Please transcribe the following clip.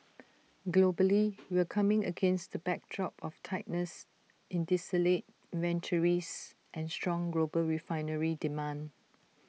globally we're coming against the backdrop of tightness in distillate inventories and strong global refinery demand